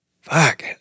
Fuck